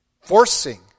forcing